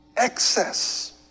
excess